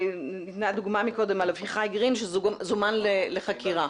הדוגמה מקודם על אביחי גרין שגם זומן לחקירה.